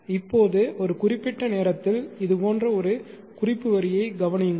இப்போது ஒரு குறிப்பிட்ட நேரத்தில் இது போன்ற ஒரு குறிப்பு வரியைக் கவனியுங்கள்